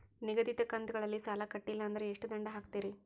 ನಿಗದಿತ ಕಂತ್ ಗಳಲ್ಲಿ ಸಾಲ ಕಟ್ಲಿಲ್ಲ ಅಂದ್ರ ಎಷ್ಟ ದಂಡ ಹಾಕ್ತೇರಿ?